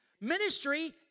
Ministry